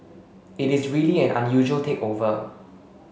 it is really an unusual takeover